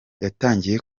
yatangiye